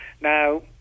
Now